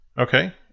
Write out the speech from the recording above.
Okay